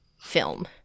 film